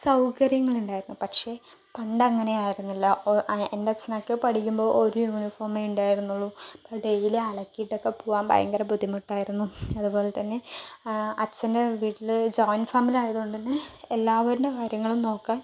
സൗകര്യങ്ങൾ ഉണ്ടായിരുന്നു പക്ഷേ പണ്ട് അങ്ങനെ ആയിരുന്നില്ല അപ്പോൾ അ എൻ്റെ അച്ഛനൊക്കെ പഠിക്കുമ്പോൾ ഒരു യൂണിഫോമേ ഉണ്ടായിരുന്നുള്ളൂ അപ്പോൾ ഡെയിലി അലക്കിയിട്ടൊക്കെ പോകാൻ ഭയങ്കര ബുദ്ധിമുട്ടായിരുന്നു അതുപോലെ തന്നെ അച്ഛൻ്റെ വീട്ടിൽ ജോയിൻറ്റ് ഫാമിലി ആയതുകൊണ്ട് തന്നെ എല്ലാവരുടെ കാര്യങ്ങളും നോക്കാൻ